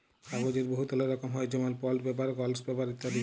কাগ্যজের বহুতলা রকম হ্যয় যেমল বল্ড পেপার, গলস পেপার ইত্যাদি